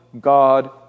God